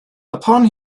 upon